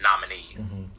nominees